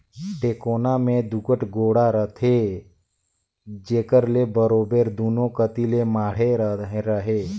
टेकोना मे दूगोट गोड़ा रहथे जेकर ले बरोबेर दूनो कती ले माढ़े रहें